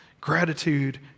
Gratitude